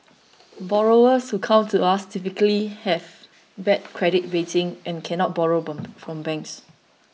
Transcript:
borrowers who come to us typically have bad credit rating and cannot borrow from banks